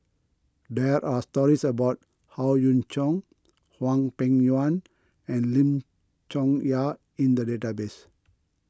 there are stories about Howe Yoon Chong Hwang Peng Yuan and Lim Chong Yah in the database